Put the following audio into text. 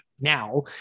Now